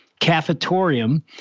cafetorium